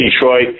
Detroit